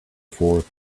forth